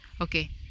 okay